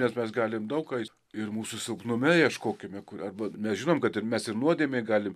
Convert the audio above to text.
nes mes galim daug ką ir mūsų silpnume ieškokime arba mes žinom kad ir mes ir nuodėmėj galim